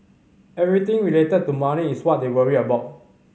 everything related to money is what they worry about